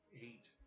eight